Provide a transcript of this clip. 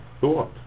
thought